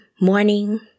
morning